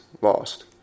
lost